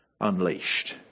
unleashed